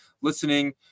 listening